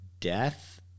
death